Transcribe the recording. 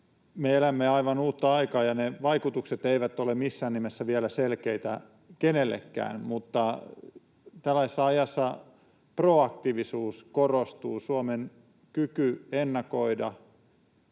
me elämme aivan uutta aikaa, ja ne vaikutukset eivät ole missään nimessä vielä selkeitä kenellekään. Mutta tällaisessa ajassa proaktiivisuus korostuu. Suomen kyky ennakoida,